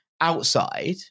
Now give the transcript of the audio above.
outside